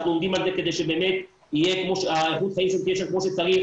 אנחנו עובדים על זה כדי שבאמת איכות החיים שם תהיה כמו שצריך.